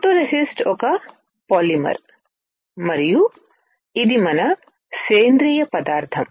photoresist ఒక polymer మరియు ఇది ఘన సేంద్రియ పదార్థం